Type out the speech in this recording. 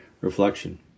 Reflection